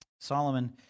Solomon